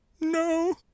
No